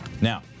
Now